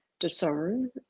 discern